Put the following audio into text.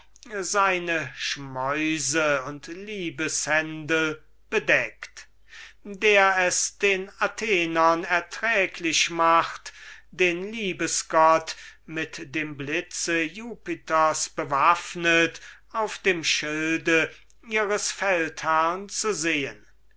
seine schmäuse und liebeshändel bedeckt der es den atheniensern erträglich macht den liebesgott mit dem blitze jupiters bewaffnet auf dem schilde seines feldherrn zu sehen